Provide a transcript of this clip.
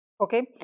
okay